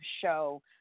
show